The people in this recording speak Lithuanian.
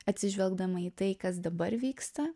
atsižvelgdama į tai kas dabar vyksta